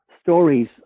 stories